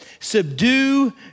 subdue